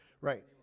right